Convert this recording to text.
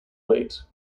weight